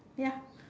ya